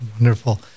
Wonderful